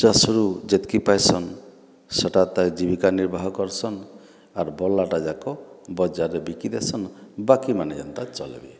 ଚାଷରୁ ଯେତ୍କି ପାଇସନ୍ ସେଟା ତାର୍ ଜୀବିକା ନିର୍ବାହ କର୍ସନ୍ ଆର୍ ବଳିଲାଟା ଯାକ ବଜାରରେ ବିକିଦେସନ୍ ବାକିମାନେ ଯେନ୍ତା ଚଲ୍ବେ